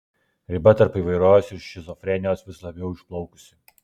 riba tarp įvairovės ir šizofrenijos vis labiau išplaukusi